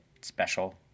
special